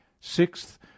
sixth